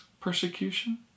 persecution